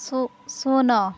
ଶୂ ଶୂନ